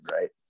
right